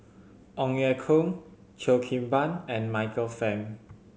Ong Ye Kung Cheo Kim Ban and Michael Fam